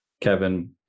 Kevin